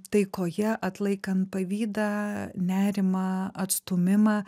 taikoje atlaikant pavydą nerimą atstūmimą